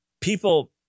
People